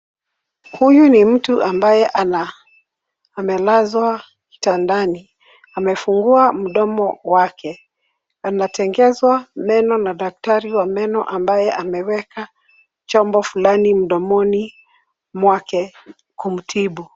Huyu ni mtu ambaye amelazwa kitandani. Amefungua mdomo wake. Anatengezwa meno na daktari wa meno ambaye ameweka chombo fulani mdomoni mwake kumtibu.